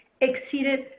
exceeded